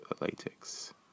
latex